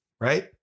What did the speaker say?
right